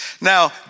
Now